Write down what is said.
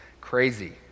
crazy